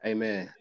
Amen